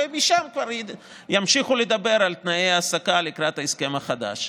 ומשם כבר ימשיכו לדבר על תנאי ההעסקה לקראת ההסכם החדש.